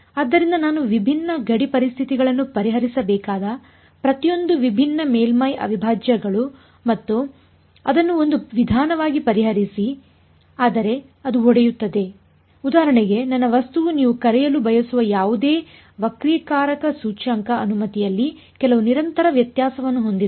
ಆದ್ದರಿಂದ ನಾನು ವಿಭಿನ್ನ ಗಡಿ ಪರಿಸ್ಥಿತಿಗಳನ್ನು ಪರಿಹರಿಸಬೇಕಾದ ಪ್ರತಿಯೊಂದು ವಿಭಿನ್ನ ಮೇಲ್ಮೈ ಅವಿಭಾಜ್ಯಗಳು ಮತ್ತು ಅದನ್ನು ಒಂದು ವಿಧಾನವಾಗಿ ಪರಿಹರಿಸಿ ಆದರೆ ಅದು ಒಡೆಯುತ್ತದೆ ಉದಾಹರಣೆಗೆ ನನ್ನ ವಸ್ತುವು ನೀವು ಕರೆಯಲು ಬಯಸುವ ಯಾವುದೇ ವಕ್ರೀಕಾರಕ ಸೂಚ್ಯಂಕ ಅನುಮತಿಯಲ್ಲಿ ಕೆಲವು ನಿರಂತರ ವ್ಯತ್ಯಾಸವನ್ನು ಹೊಂದಿದೆ